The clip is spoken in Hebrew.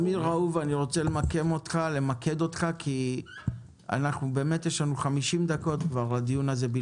אני רוצה למקד אותך כי יש לנו רק עוד 50 דקות לדיון הזה.